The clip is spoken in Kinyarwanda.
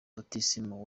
batisimu